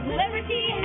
liberty